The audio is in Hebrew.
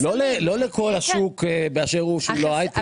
לא לכל השוק באשר הוא שהוא לא הייטק.